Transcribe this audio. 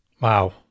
Wow